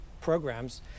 programs